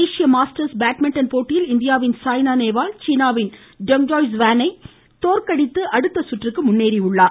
மலேசிய masters badminton போட்டியில் இந்தியாவின் சாய்னா நேவால் சீனாவின் னுநபெ துழல ஒரய ஐ தோற்கடித்து அடுத்த சுற்றுக்கு முன்னேறியுள்ளார்